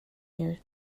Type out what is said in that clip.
near